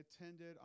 attended